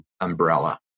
umbrella